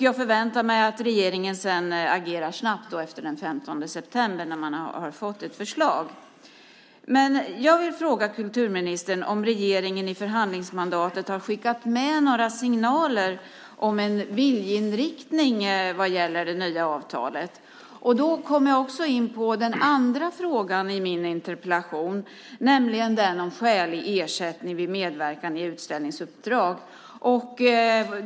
Jag förväntar mig att regeringen agerar snabbt efter den 15 september, när man har fått ett förslag. Jag vill fråga kulturministern om regeringen i förhandlingsmandatet har skickat med några signaler om en viljeinriktning vad gäller det nya avtalet. Då kommer jag också in på den andra frågan i min interpellation, nämligen den om skälig ersättning vid medverkan i utställningsuppdrag.